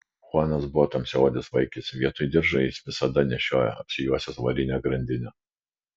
chuanas buvo tamsiaodis vaikis vietoj diržo jis visada nešiojo apsijuosęs varinę grandinę